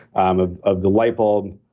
um ah of the light bulb.